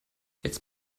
jetzt